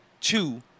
two